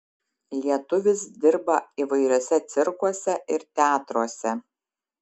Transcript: lietuvis dirba įvairiuose cirkuose ir teatruose